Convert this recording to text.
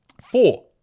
four